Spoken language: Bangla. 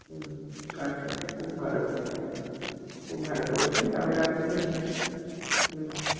হুম আচ্ছা আচ্ছা খুব ভালো করেছেন খুব ভালো করেছেন তাহলে আপনি হু